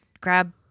grab